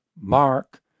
Mark